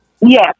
Yes